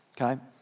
okay